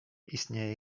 istnieje